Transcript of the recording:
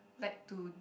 like to